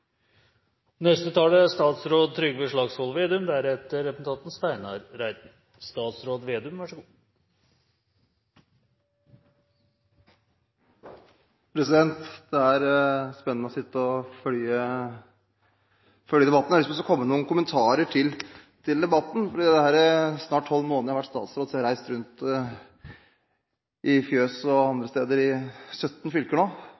Det er spennende å sitte og følge debatten. Jeg har lyst til å komme med noen kommentarer. I de snart tolv månedene jeg har vært statsråd, har jeg reist rundt i 17 fylker – til fjøs og